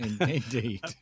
indeed